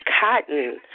Cotton